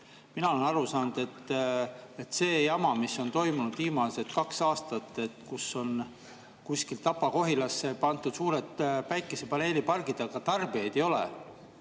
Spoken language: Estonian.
Mina olen aru saanud, et see on jama, mis on toimunud viimased kaks aastat, et kuskile Kapa-Kohilasse on pandud suured päikesepaneelipargid, aga tarbijaid ei ole.